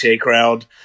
crowd